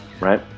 right